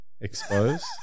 Exposed